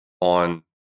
on